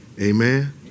Amen